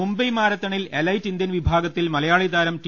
മുംബൈ മാരത്തണിൽ elite Indian വിഭാഗത്തിൽ മല യാളിതാരം ടി